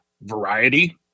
Variety